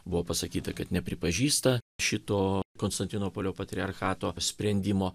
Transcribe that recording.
buvo pasakyta kad nepripažįsta šito konstantinopolio patriarchato sprendimo